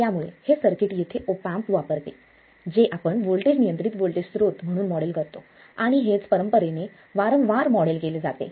त्यामुळे हे सर्किट येथे ऑप एम्प वापरते जे आपण व्होल्टेज नियंत्रित व्होल्टेज स्त्रोत म्हणून मॉडेल करतो आणि हेच परंपरेने वारंवार मॉडेल केले जाते